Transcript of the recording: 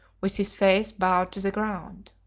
with his face bowed to the ground.